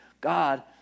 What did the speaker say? God